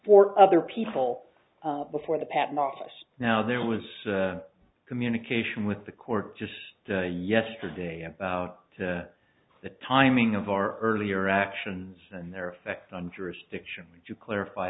for other people before the patent office now there was communication with the court just yesterday about the timing of our earlier actions and their effect on jurisdiction to clarify